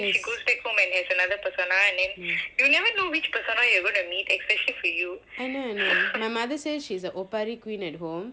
yes I know I know my mother says she a opari queen at home